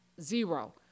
zero